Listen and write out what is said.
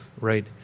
right